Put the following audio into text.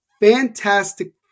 fantastic